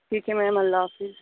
ٹھیک ہے میم اللہ حافظ